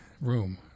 room